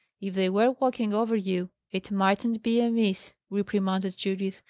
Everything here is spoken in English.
if they were walking over you, it mightn't be amiss, reprimanded judith.